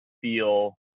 feel